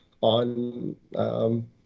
on